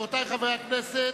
רבותי חברי הכנסת,